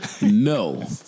No